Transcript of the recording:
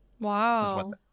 Wow